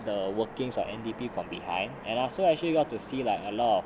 the workings of N_D_P from behind and also actually you got to see like a lot of